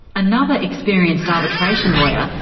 another experienced arbitration lawyer,